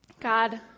God